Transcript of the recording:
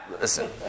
Listen